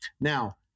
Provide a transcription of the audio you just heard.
Now